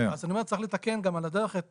אומר, צריך לתקן גם על הדרך את